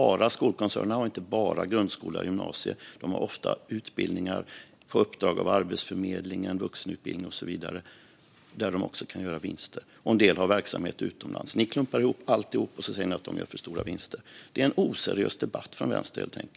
Skolkoncernerna har inte bara grundskola och gymnasium; de har ofta utbildningar på uppdrag av Arbetsförmedlingen, vuxenutbildning och så vidare där de också kan göra vinster. En del har verksamhet utomlands. Ni klumpar ihop alltihop och säger att de gör för stora vinster. Det är en oseriös debatt från vänsterns sida, helt enkelt.